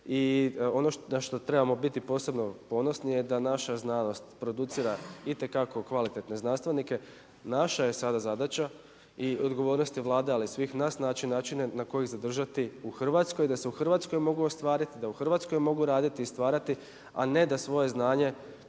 I ono na što trebamo biti posebno ponosni je da naša znanost producira itekako kvalitetne znanstvenike. Naša je sada zadaća i odgovornost Vlade ali i svih naći načine na koje zadržati u Hrvatskoj da se u Hrvatskoj mogu ostvariti, da u Hrvatskoj mogu raditi i stvarati a ne da svoje znanje